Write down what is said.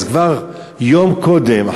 אז כבר יום קודם,